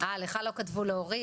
וזה גם מה שאנחנו אמרנו בשימוע,